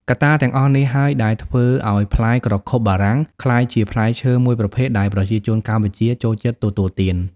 កត្តាទាំងអស់នេះហើយដែលធ្វើឱ្យផ្លែក្រខុបបារាំងក្លាយជាផ្លែឈើមួយប្រភេទដែលប្រជាជនកម្ពុជាចូលចិត្តទទួលទាន។